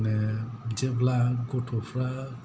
जेब्ला गथ'फ्रा